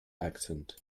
accent